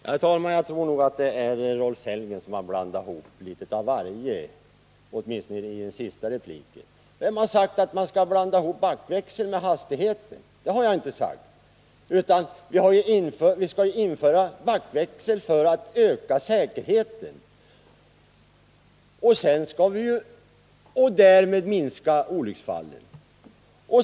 Herr talman! Jag tror att det är Rolf Sellgren som blandat ihop litet av varje, åtminstone i den senaste repliken. Vem har sagt att man skall blanda ihop backväxeln med hastigheten? Det har inte jag sagt. Vi skall införa backväxeln för att öka säkerheten och därmed minska olycksfallen.